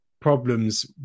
problems